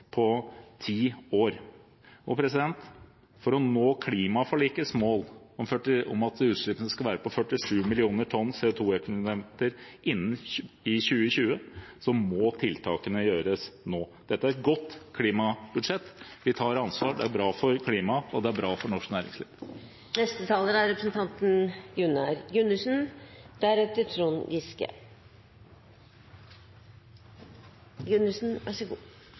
på ti år. For å nå klimaforlikets mål om at utslippene skal være på 47 millioner tonn CO2-ekvivalenter i 2020, må tiltakene gjøres nå. Dette er et godt klimabudsjett. Vi tar ansvar. Det er bra for klimaet, og det er bra for norsk næringsliv.